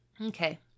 Okay